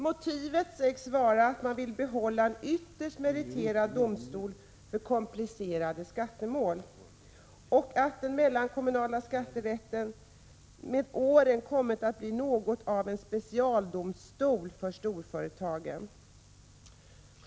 Motivet sägs vara att man vill behålla en ytterst meriterad domstol för 105 komplicerade skattemål och att den mellankommunala skatterätten med åren kommit att bli något av en specialdomstol för storföretagen.